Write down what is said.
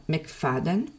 McFadden